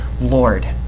Lord